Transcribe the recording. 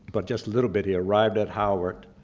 but just a little bit, he arrived at howard,